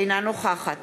אינה נוכחת